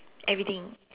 everything